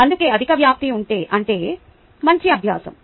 అందుకే అధిక వ్యాప్తి అంటే మంచి అభ్యాసం